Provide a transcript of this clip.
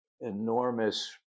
enormous